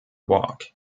walk